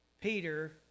Peter